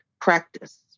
practice